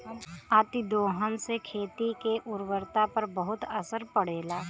अतिदोहन से खेती के उर्वरता पर बहुत असर पड़ेला